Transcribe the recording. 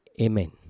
Amen